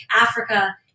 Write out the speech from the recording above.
Africa